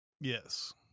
yes